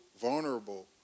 vulnerable